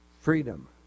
freedom